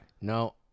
No